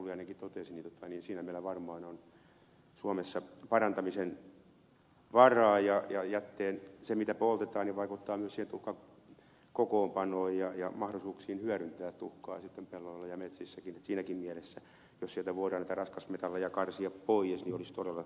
pulliainenkin totesi niin siinä meillä varmaan on suomessa parantamisen varaa ja se mitä poltetaan vaikuttaa myös siihen tuhkan kokoonpanoon ja mahdollisuuksiin hyödyntää tuhkaa sitten pelloilla ja metsissäkin että siinäkin mielessä jos sieltä voidaan niitä raskasmetalleja karsia pois se olisi todella tärkeää